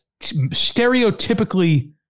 stereotypically